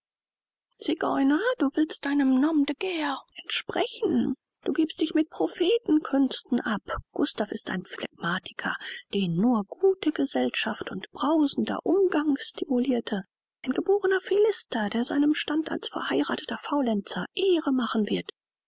du willst deinem nom de guerre entsprechen du giebst dich mit propheten künsten ab gustav ist ein phlegmatiker den nur gute gesellschaft und brausender umgang stimulirte ein geborener philister der seinem stande als verheiratheter faulenzer ehre machen wird